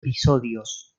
episodios